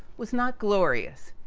was not glorious.